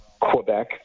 Quebec